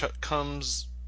comes